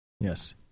Yes